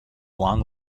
long